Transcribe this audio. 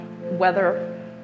weather